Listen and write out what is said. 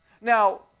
Now